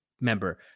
member